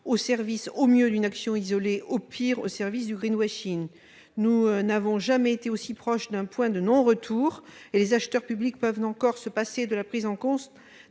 au service au mieux d'une action isolée, au pire du. Alors que nous n'avons jamais été aussi proches d'un point de non-retour, les acheteurs publics peuvent encore se passer de la prise en compte